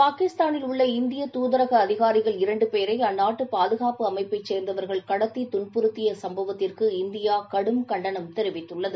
பாகிஸ்தானில் உள்ள இந்திய துாதரக அதிகாரிகள் இரண்டு பேரை அந்நாட்டு பாதுகாப்பு அமைப்பைச் சேர்ந்தவர்கள் கடத்தி துன்புறுத்திய சம்பவத்திற்கு இந்தியா கடும் கண்டனம் தெரிவித்துள்ளது